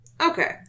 Okay